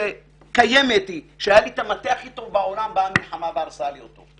שהיה לי את המטה הכי טוב בעולם ובאה המלחמה והרסה לי אותו.